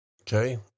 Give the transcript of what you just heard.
Okay